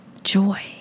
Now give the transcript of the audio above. joy